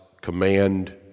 command